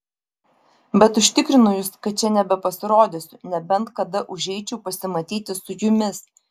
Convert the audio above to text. bet užtikrinu jus kad čia nebepasirodysiu nebent kada užeičiau pasimatyti su jumis